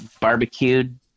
barbecued